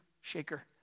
Shaker